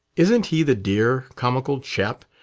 isn't he the dear, comical chap!